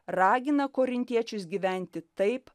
ragina korintiečius gyventi taip